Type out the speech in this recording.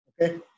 Okay